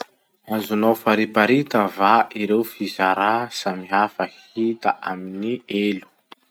Azonao fariparita va ireo fizarà samihafa hita amin'ny elo?